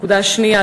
נקודה שנייה,